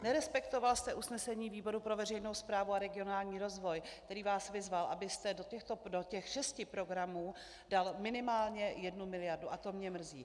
Nerespektoval jste usnesení výboru pro veřejnou správu a regionální rozvoj, který vás vyzval, abyste do těch šesti programů dal minimálně jednu miliardu, a to mě mrzí.